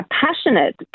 passionate